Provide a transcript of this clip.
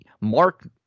Mark